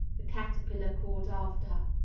the caterpillar called after her.